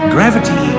Gravity